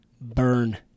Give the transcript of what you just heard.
burn